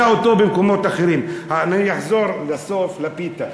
אני אחזור לסוף, לפיתה,